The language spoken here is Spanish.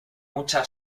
mucha